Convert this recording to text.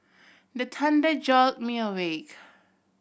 the thunder jolt me awake